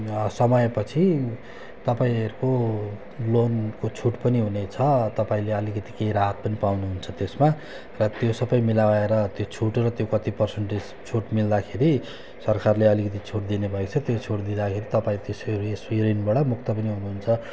समयपछि तपाईँहरूको लोनको छुट् पनि हुनेछ तपाईँले अलिकति केही राहत पनि पाउनुहुन्छ त्यसमा र त्यो सबै मलाएर त्यो छुटहरू त्यो कति पर्सेन्टेज छुट मिल्दाखेरि सरकारले अलिकति छुट दिनेभएछ त्यो छुट दिँदाखेरि तपाईँ त्यसरी यस यो ऋणबाट मुक्त पनि हुनुहुन्छ